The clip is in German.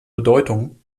bedeutung